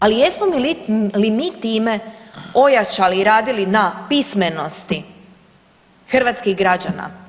Ali jesmo li mi time ojačali i radili na pismenosti hrvatskih građana?